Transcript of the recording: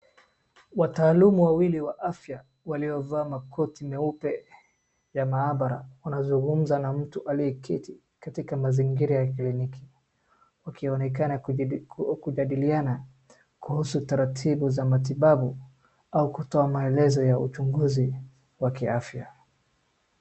Wataalumu wawili wa afya waliovaa ma koti meupe ya maabara wanazungumza na mtu aliyeketi katika mazingira ya kliniki wakionekana kujadiliana kuhusu utaratibu za matibabu au kutoa maelezo ya uchunguzi wa kiafya.